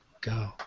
Go